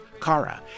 Kara